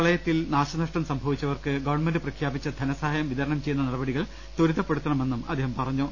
പ്രളയത്തിൽ നാശനഷ്ടം സംഭവിച്ചവർക്ക് ഗവൺമെന്റ് പ്രഖ്യാപിച്ച ധന സഹായം വിതരണം ചെയ്യുന്ന നടപടികൾ ത്വരിതപ്പെടുത്തണ മെന്നും അദ്ദേഹം പറഞ്ഞു